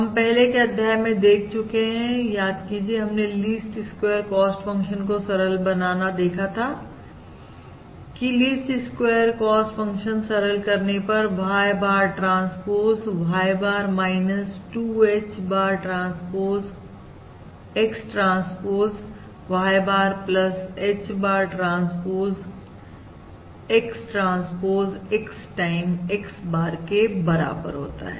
हम पहले के अध्याय में देख चुके हैं याद कीजिए हमने लीस्ट स्क्वेयर कॉस्ट फंक्शन को सरल बनाना देखा था की लिस्ट स्क्वेयर कॉस्ट फंक्शन सरल करने पर Y bar transpose Y bar 2H bar transpose X transpose Y bar H bar transpose X transpose X time X bar के बराबर होता है